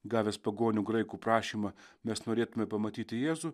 gavęs pagonių graikų prašymą mes norėtume pamatyti jėzų